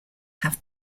have